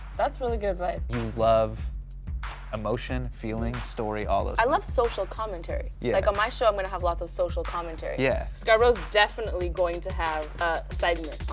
that's really good advice. you love emotion feelings story, all those things. i love social commentary. yeah. like on my show i'm going to have lots of social commentary. yeah. scarbro's definitely going to have a segment